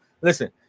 Listen